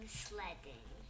sledding